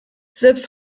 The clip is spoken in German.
selbst